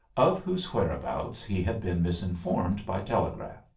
of whose whereabouts he had been misinformed by telegraph.